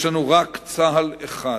יש לנו רק צה"ל אחד,